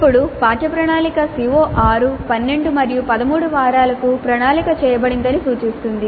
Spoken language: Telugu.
ఇప్పుడు పాఠ్య ప్రణాళిక CO6 12 మరియు 13 వారాలకు ప్రణాళిక చేయబడిందని సూచిస్తుంది